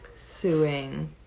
suing